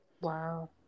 Wow